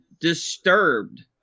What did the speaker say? disturbed